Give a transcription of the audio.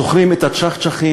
זוכרים את ה"צ'חצ'חים",